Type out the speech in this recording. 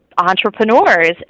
entrepreneurs